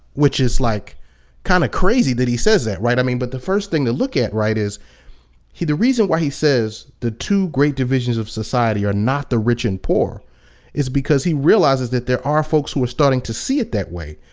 which is like kind of crazy that he says that, right? i mean, but the first thing to look at, right, is he the reason why he says the two great divisions of society are not the rich and poor is because he realizes that there are folks who are starting to see it that way,